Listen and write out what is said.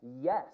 yes